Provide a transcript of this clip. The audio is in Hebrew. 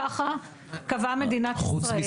ככה קבעה מדינת ישראל.